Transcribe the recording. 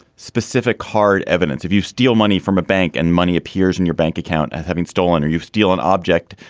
specific hard evidence if you steal money from a bank and money appears in your bank account having stolen or you steal an object,